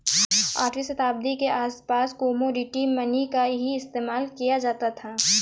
आठवीं शताब्दी के आसपास कोमोडिटी मनी का ही इस्तेमाल किया जाता था